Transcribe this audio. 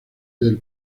del